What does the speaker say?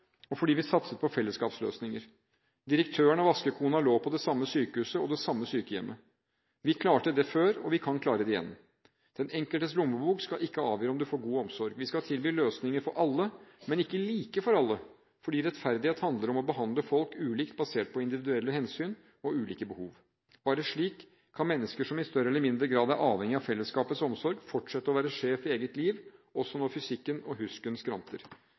og fordi vi satset på fellesskapsløsninger. Direktøren og vaskekona lå på det samme sykehuset og det samme sykehjemmet. Vi klarte det før, og vi kan klare det igjen. Den enkeltes lommebok skal ikke avgjøre om man får god omsorg. Vi skal tilby løsninger for alle – men ikke like for alle, fordi rettferdighet handler om å behandle folk ulikt basert på individuelle hensyn og ulike behov. Bare slik kan mennesker som i større eller mindre grad er avhengig av fellesskapets omsorg, fortsette å være sjef i eget liv, også når fysikken og